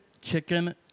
chicken